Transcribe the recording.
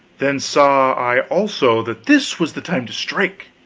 then saw i also that this was the time to strike!